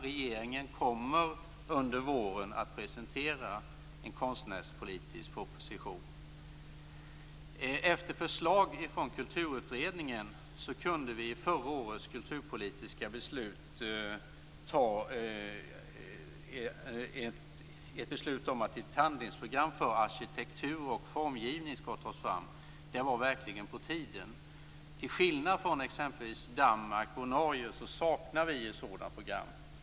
Regeringen kommer under våren att presentera en konstnärspolitisk proposition. Efter förslag från kulturutredningen kunde vi i förra årets kulturpolitiska beslut fatta beslut om att ett handlingsprogram för arkitektur och formgivning skall tas fram. Det var verkligen på tiden. Till skillnad från exempelvis Danmark och Norge saknar vi ett sådant program.